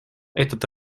этот